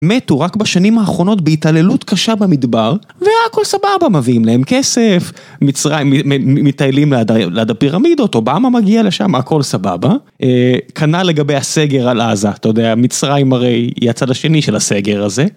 מתו רק בשנים האחרונות בהתעללות קשה במדבר, והכל סבבה מביאים להם כסף, מצרים מטיילים ליד הפירמידות, אובמה מגיע לשם, הכל סבבה. כנ"ל לגבי הסגר על עזה, אתה יודע, מצרים הרי היא הצד השני של הסגר הזה.